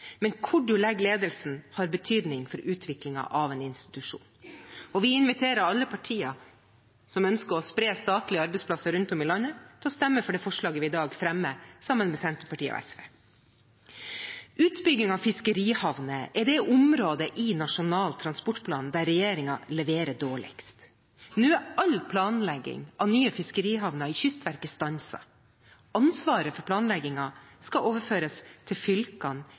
Men hvor man legger ledelsen, har betydning for utviklingen av en institusjon. Vi inviterer alle partier som ønsker å spre statlige arbeidsplasser rundt om i landet, til å stemme for det forslaget vi i dag fremmer, sammen med Senterpartiet og SV. Utbygging av fiskerihavner er det området i Nasjonal transportplan der regjeringen leverer dårligst. Nå er all planlegging av nye fiskerihavner i Kystverket stanset, ansvaret for planleggingen skal overføres til fylkene